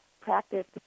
practice